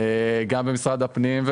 גם במשרד הפנים.